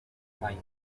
mai